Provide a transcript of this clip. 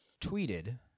tweeted